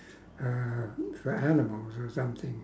uh for animals or something